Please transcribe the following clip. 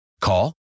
Call